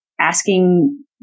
asking